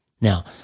Now